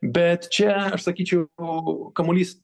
bet čia aš sakyčiau kamuolys